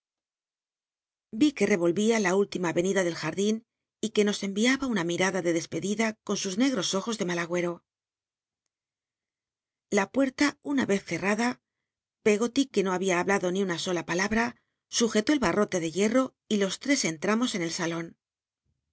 yí que rerolria la última arenida del jardín y rue nos mwiaba una mirada de despedida con sus negros ojos de mal agüei'o la puerta una c z cetmda peggot que no babia jlablaclo ni una sola palabra sujetó el bat'i'otc de hicno y los tres entramos en el salon